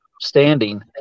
standing